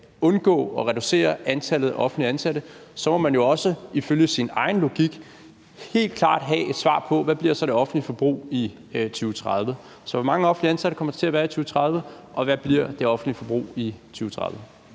undgå at reducere antallet af offentligt ansatte, så må man jo også ifølge sin egen logik have et helt klart svar på, hvad det offentlige forbrug så bliver i 2030. Så hvor mange offentligt ansatte kommer der til at være i 2030? Og hvad bliver det offentlige forbrug i 2030?